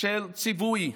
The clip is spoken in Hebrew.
של ציווי.